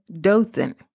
Dothan